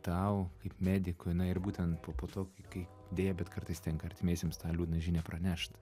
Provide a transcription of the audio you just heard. tau kaip medikui na ir būtent po po to kai deja bet kartais tenka artimiesiems tą liūdną žinią pranešt